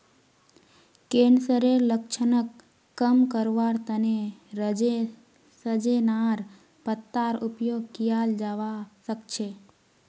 कैंसरेर लक्षणक कम करवार तने सजेनार पत्तार उपयोग कियाल जवा सक्छे